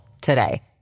today